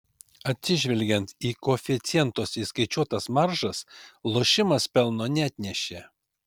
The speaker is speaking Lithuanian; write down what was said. atsižvelgiant į koeficientuose įskaičiuotas maržas lošimas pelno neatnešė